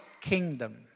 kingdom